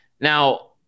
Now